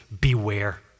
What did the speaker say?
beware